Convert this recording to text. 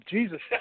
Jesus